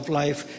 life